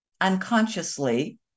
unconsciously